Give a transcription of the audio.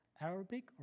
Arabic